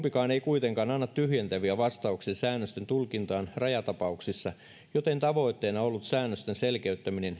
vp kumpikaan ei kuitenkaan anna tyhjentäviä vastauksia säännösten tulkintaan rajatapauksissa joten tavoitteena ollut säännösten selkeyttäminen